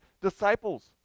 disciples